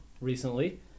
recently